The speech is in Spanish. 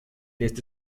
este